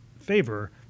favor